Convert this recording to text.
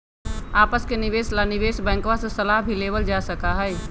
आपस के निवेश ला निवेश बैंकवा से सलाह भी लेवल जा सका हई